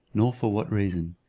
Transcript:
nor for what reason.